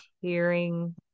Hearing